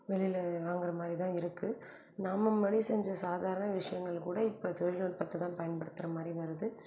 வெளியில் வாங்கற மாதிரிதான் இருக்குது நாம முன்னாடி செஞ்ச சாதாரண விஷயங்கள் கூட இப்போ தொழில்நுட்பத்தை தான் பயன்படுத்துகிற மாதிரி வருது